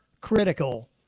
critical